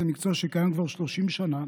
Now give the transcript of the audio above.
קרימינולוג קליני זה מקצוע שקיים כבר 30 שנה,